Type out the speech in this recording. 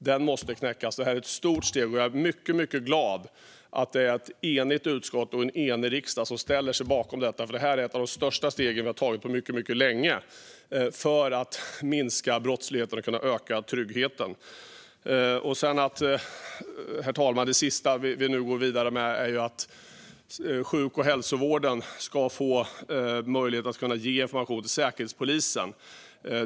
Det är ett stort steg, och jag är mycket glad att ett enigt utskott och en enig riksdag ställer sig bakom detta. Det är ett av de största stegen vi har tagit på mycket länge för att minska brottsligheten och öka tryggheten. Herr talman! Det sista vi går vidare med är att hälso och sjukvårdspersonal ska ge information till Säkerhetspolisen.